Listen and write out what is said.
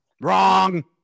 Wrong